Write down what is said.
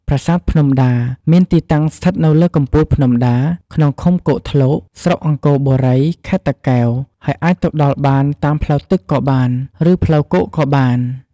ប្រាសាទភ្នំដា មានទីតាំងស្ថិតនៅលើកំពូលភ្នំដា ក្នុងឃុំគោកធ្លក ស្រុកអង្គរបុរី ខេត្តតាកែវ ហើយអាចទៅដល់បានតាមផ្លូវទឹកក៏បាន ឬផ្លូវគោកក៏បាន។